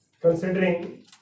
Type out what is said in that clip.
considering